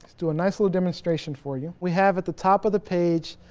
is do a nice little demonstration for you. we have at the top of the page.